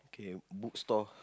K bookstore